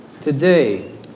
today